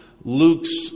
Luke's